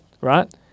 Right